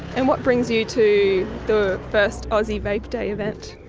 and what brings you to the first aussie vape day event?